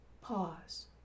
pause